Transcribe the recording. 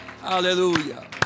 Hallelujah